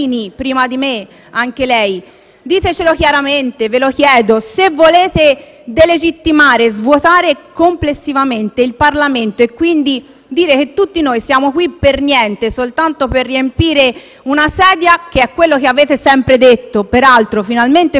delegittimare e svuotare complessivamente il Parlamento, e quindi dimostrare che tutti noi siamo qui per niente, soltanto per riempire una sedia, che peraltro è quello che avete sempre detto (e forse finalmente ci state arrivando), ditelo chiaramente. Abbiate il coraggio di metterci la faccia